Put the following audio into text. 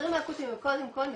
החדרים האקוטיים הם קודם כל מטפלים.